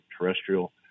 terrestrial